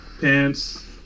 pants